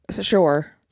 Sure